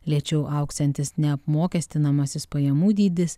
lėčiau augsiantis neapmokestinamasis pajamų dydis